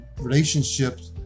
relationships